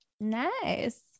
Nice